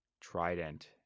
Trident